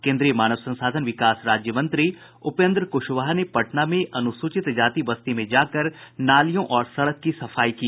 केन्द्रीय मानव संसाधन विकास राज्य मंत्री उपेन्द्र कुशवाहा ने पटना में अनुसूचित जाति बस्ती में जाकर नालियों और सड़क की सफाई की